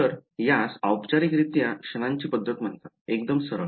तर यास औपचारिकरित्या क्षणांची पद्धत म्हणतात एकदम सरळ